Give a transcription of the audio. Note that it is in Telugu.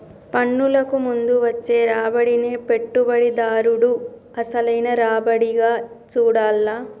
పన్నులకు ముందు వచ్చే రాబడినే పెట్టుబడిదారుడు అసలైన రాబడిగా చూడాల్ల